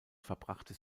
verbrachte